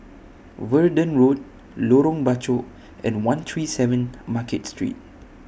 Verdun Road Lorong Bachok and one three seven Market Street